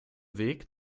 weg